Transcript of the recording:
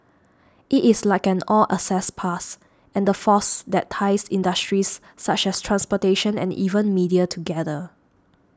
it is like an all access pass and the force that ties industries such as transportation and even media together